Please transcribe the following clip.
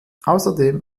außerdem